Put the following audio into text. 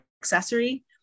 accessory